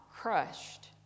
crushed